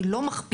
היא לא מחפירה,